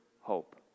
hope